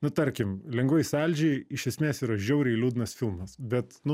nu tarkim lengvai saldžiai iš esmės yra žiauriai liūdnas filmas bet nu